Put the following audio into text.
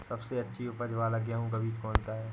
सबसे अच्छी उपज वाला गेहूँ का बीज कौन सा है?